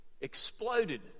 exploded